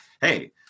hey